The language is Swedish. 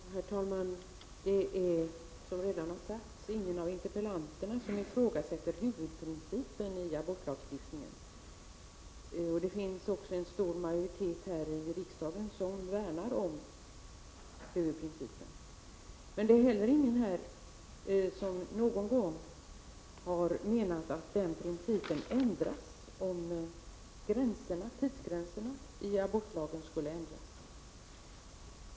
Herr talman! Det är, som redan har sagts, ingen av interpellanterna som ifrågasätter huvudprincipen i abortlagstiftningen. Det finns också en stor majoritet här i riksdagen som värnar om huvudprincipen. Men det är heller ingen här som någon gång har menat att den principen ändras om tidsgränsen i abortlagen skulle ändras.